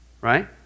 right